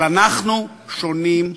אבל אנחנו שונים,